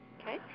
Okay